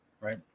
Right